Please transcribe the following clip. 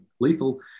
lethal